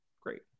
great